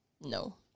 No